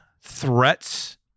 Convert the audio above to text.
threats